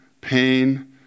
pain